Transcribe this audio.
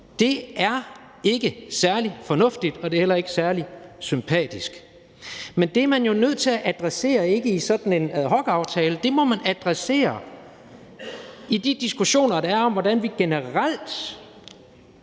Det er ikke særlig fornuftigt, og det er heller ikke særlig sympatisk. Men det er man jo nødt til at adressere ikke i sådan en ad hoc-aftale; det må man adressere i de diskussioner, der er om, hvordan vi generelt